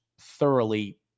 thoroughly